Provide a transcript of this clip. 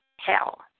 hell